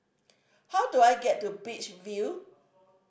how do I get to Beach View